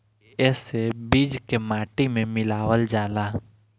एसे बीज के माटी में मिलावल जाला